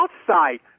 outside